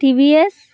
TVS